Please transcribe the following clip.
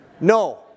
no